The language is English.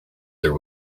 there